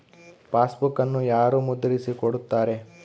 ಪಾಸ್ಬುಕನ್ನು ಯಾರು ಮುದ್ರಿಸಿ ಕೊಡುತ್ತಾರೆ?